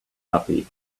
puppy